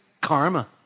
karma